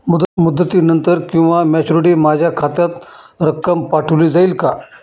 मुदतीनंतर किंवा मॅच्युरिटी माझ्या खात्यात रक्कम पाठवली जाईल का?